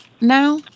now